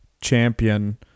champion